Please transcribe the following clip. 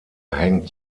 hängt